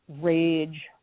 rage